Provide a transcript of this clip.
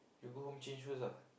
you go home change first ah